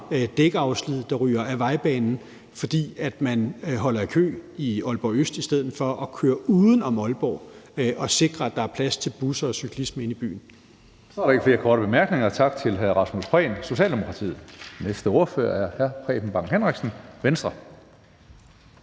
dækafslid, der ryger af vejbanen, fordi man holder i kø i Aalborg Øst i stedet for at køre uden om Aalborg og dermed sikre, at der er plads til busser og cyklisme inde i byen. Kl. 17:35 Forhandling Tredje næstformand (Karsten Hønge): Der er ikke flere korte bemærkninger. Tak til hr. Rasmus Prehn, Socialdemokratiet. Næste ordfører er hr. Preben Bang Henriksen, Venstre.